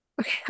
Okay